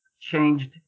changed